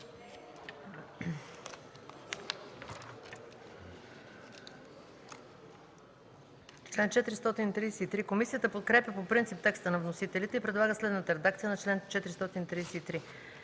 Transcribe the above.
Комисията подкрепя по принцип текста на вносителите и предлага следната редакция на чл. 440: